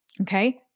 okay